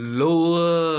lower